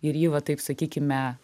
ir jį va taip sakykime